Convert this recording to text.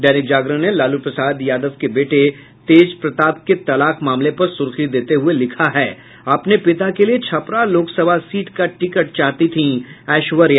दैनिक जागरण ने लालू प्रसाद यादव के बेटे तेज प्रताप के तलाक मामले पर सुर्खी देते हुये लिखा है अपने पिता के लिये छपरा लोकसभा सीट का टिकट चाहती थीं ऐश्वर्या